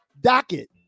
docket